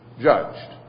judged